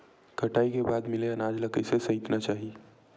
कटाई के बाद मिले अनाज ला कइसे संइतना चाही?